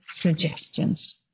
suggestions